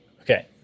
Okay